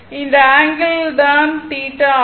இந்த ஆங்கிள் தான் θ ஆகும்